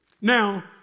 Now